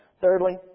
Thirdly